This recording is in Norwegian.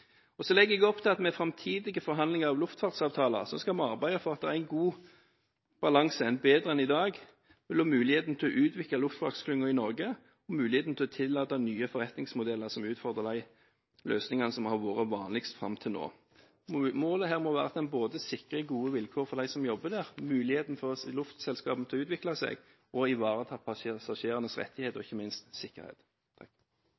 Så legger jeg opp til at vi i framtidige forhandlinger om luftfartsavtaler skal arbeide for at det er en god balanse, bedre enn i dag, mellom muligheten til å utvikle luftfartsklynger i Norge og muligheten til å tillate nye forretningsmodeller som utfordrer de løsningene som har vært vanligst fram til nå. Målet her må være at en både sikrer gode vilkår for dem som jobber der, og muligheten for luftselskapene til å utvikle seg og ivareta passasjerenes rettigheter og